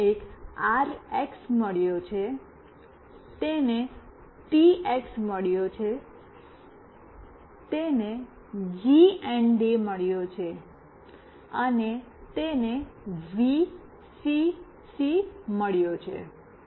તેને એક આરએક્સ મળ્યો છે તેને ટીએક્સ મળ્યો છે તેને જીએનડી મળ્યો છે અને તેને વીસીસી મળ્યો છે